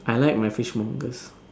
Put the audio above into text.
I like my fishmongers